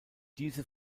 diese